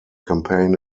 campaign